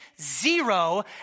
zero